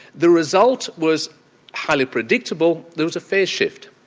the result was highly predictable. there was a face shift.